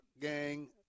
Gang